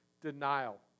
denial